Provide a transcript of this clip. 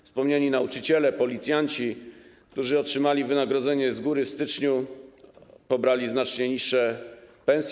Wspomniani nauczyciele, policjanci, którzy otrzymali wynagrodzenie z góry, w styczniu pobrali znacznie niższe pensje.